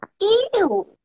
Ew